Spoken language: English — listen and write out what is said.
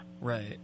Right